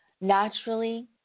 Naturally